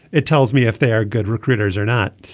it tells me if they are good recruiters or not.